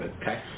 okay